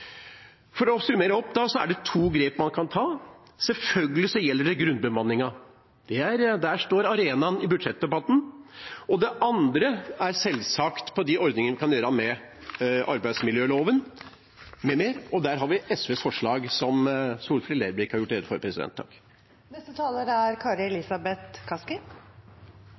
For å oppsummere er det to grep man kan ta: Selvfølgelig gjelder det grunnbemanningen. Det er arenaen i budsjettdebatten. Det andre er selvsagt det man kan gjøre med arbeidsmiljøloven, m.m, og der har vi SVs forslag, som Solfrid Lerbrekk har gjort rede for.